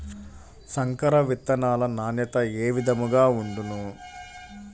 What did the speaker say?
సంకర విత్తనాల నాణ్యత ఏ విధముగా ఉండును?